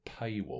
paywall